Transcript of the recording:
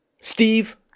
Steve